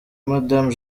madame